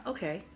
Okay